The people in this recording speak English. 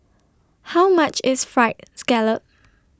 How much IS Fried Scallop